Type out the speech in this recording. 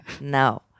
No